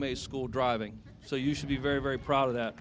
may school driving so you should be very very proud of that